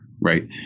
Right